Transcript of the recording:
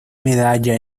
medalla